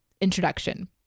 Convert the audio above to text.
introduction